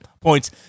points